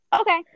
Okay